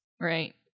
Right